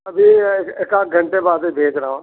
अभी एक एकाध घंटे बाद ही भेज रहा हूँ